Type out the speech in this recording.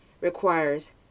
requires